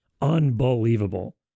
unbelievable